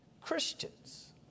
Christians